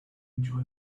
enjoy